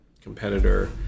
competitor